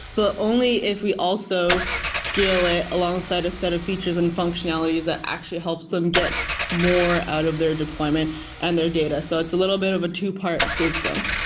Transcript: but only if we also scale it alongside a set of features and functionality that actually helps them get more out of their deployment and their data. so it's a little bit of a two-part system.